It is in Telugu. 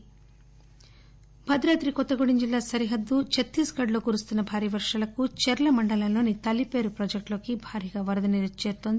భారీ వర్షాలు భద్రాద్రి కొత్తగూడెం జిల్లా సరిహద్దు చత్తీస్ ఘడ్ లో కురుస్తున్న భారీ వర్షాలకు చర్ల మండలంలోని తాలిపరు ప్రాజెక్టులోకి భారీగా వదరనీరు వచ్చి చేరుతోంది